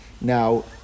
Now